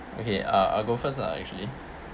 okay uh I'll go first lah actually